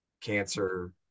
cancer